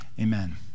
amen